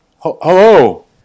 hello